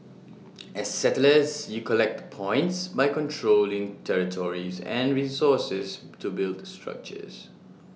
as settlers you collect points by controlling territories and resources to build structures